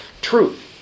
truth